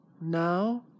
Now